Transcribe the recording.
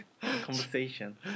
conversation